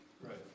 Right